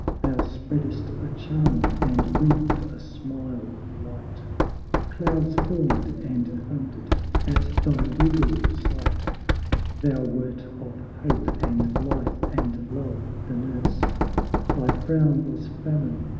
thou spreadest a charm, and wreathed a smile of light clouds formed and thundered at thy regal sight thou wert of hope and life and love the nurse thy frown was famine,